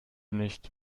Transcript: nicht